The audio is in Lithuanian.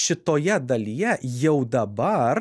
šitoje dalyje jau dabar